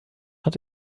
hat